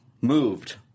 moved